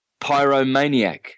pyromaniac